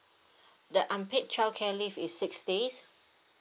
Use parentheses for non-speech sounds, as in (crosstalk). (breath) the unpaid childcare leave is six days